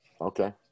Okay